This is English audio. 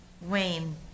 Wayne